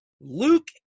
Luke